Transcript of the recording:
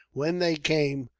when they came,